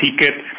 ticket